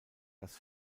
das